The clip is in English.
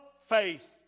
faith